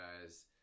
guys